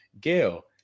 Gail